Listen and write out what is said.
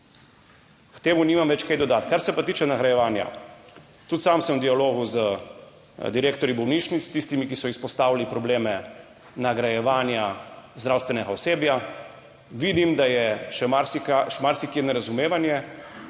K temu nimam več kaj dodati. Kar se pa tiče nagrajevanja, tudi sam sem v dialogu z direktorji bolnišnic, tistimi, ki so izpostavili probleme nagrajevanja zdravstvenega osebja. Vidim, da je še marsikaj, še marsikje